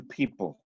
people